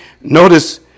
Notice